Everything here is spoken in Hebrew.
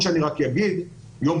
העורף.